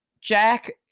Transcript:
Jack